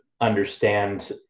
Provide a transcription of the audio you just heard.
understand